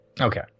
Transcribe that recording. Okay